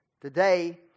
Today